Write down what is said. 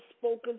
spoken